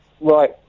Right